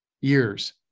years